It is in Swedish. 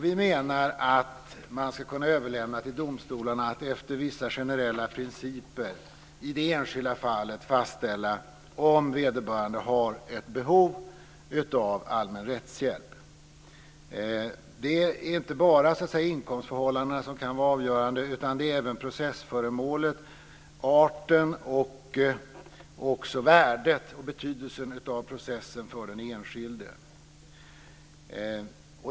Vi menar att man ska kunna överlämna till domstolarna att efter vissa generella principer i det enskilda fallet fastställa om vederbörande har ett behov av allmän rättshjälp. Det är inte bara inkomstförhållandena som kan vara avgörande, utan det är även processföremålet, arten, och också värdet och betydelsen av processen för den enskilde.